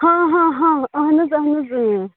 ہاں ہاں ہاں اَہَن حظ اَہَن حظ